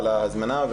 על ההזמנה,